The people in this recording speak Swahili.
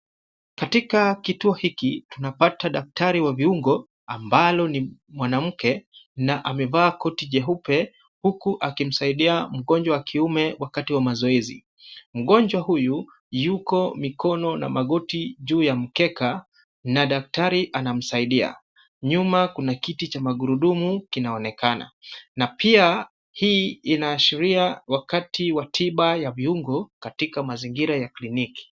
Katika kituo hiki, tunapata daktari wa viungo ambalo ni mwanamke na amevaa koti jeupe, huku akimsaidia mgonjwa wa kiume wakati wa mazoezi. Mgonjwa huyu yuko mikono na magoti juu ya mkeka na daktari anamsaidia. Nyuma kuna kiti cha magurudumu kinaonekana na pia hii inaashiria wakati wa tiba ya viungo katika mazingira ya kliniki.